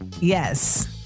Yes